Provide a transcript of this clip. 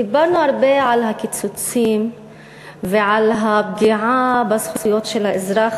דיברנו הרבה על הקיצוצים ועל הפגיעה בזכויות האזרח,